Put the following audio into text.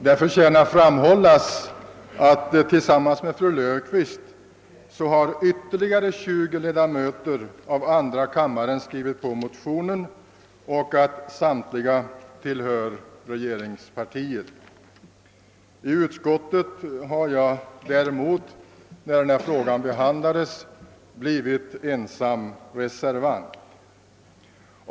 Det förtjänar framhållas att tillsammans med fru Löfqvist ytterligare 20 ledamöter av andra kammaren har skrivit på motionen och att samtliga tillhör regeringspartiet. I utskottet har jag däremot när denna fråga behandlades blivit ensam reservant.